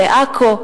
לעכו,